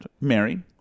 Mary